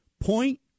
point